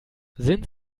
sind